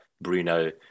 Bruno